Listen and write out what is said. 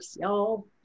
y'all